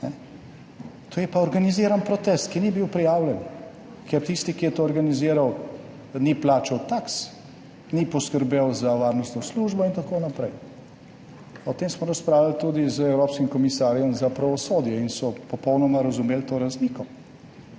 To je pa organiziran protest, ki ni bil prijavljen. Ker tisti, ki je to organiziral, ni plačal taks, ni poskrbel za varnostno službo in tako naprej. O tem smo razpravljali tudi z evropskim komisarjem za pravosodje in so popolnoma razumeli to razliko.